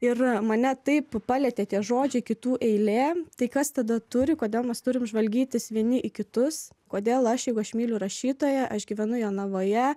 ir mane taip palietė tie žodžiai kitų eilė tai kas tada turi kodėl mes turim žvalgytis vieni į kitus kodėl aš jeigu aš myliu rašytoją aš gyvenu jonavoje